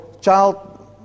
child